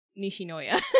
Nishinoya